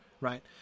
right